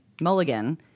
Mulligan